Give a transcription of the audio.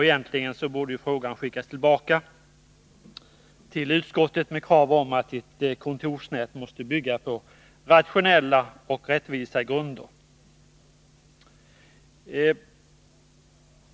Egentligen borde frågan skickas tillbaka till utskottet med krav på att ett kontorsnät måste bygga på rationella och rättvisa grunder.